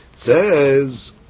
Says